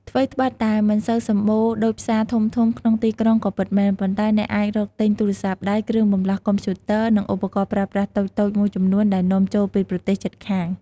ថ្វីត្បិតតែមិនសូវសម្បូរដូចផ្សារធំៗក្នុងទីក្រុងក៏ពិតមែន ប៉ុន្តែអ្នកអាចរកទិញទូរស័ព្ទដៃ គ្រឿងបន្លាស់កុំព្យូទ័រ និងឧបករណ៍ប្រើប្រាស់តូចៗមួយចំនួនដែលនាំចូលពីប្រទេសជិតខាង។